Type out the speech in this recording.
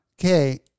Okay